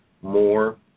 more